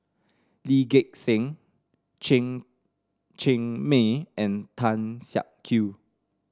Lee Gek Seng Chen Cheng Mei and Tan Siak Kew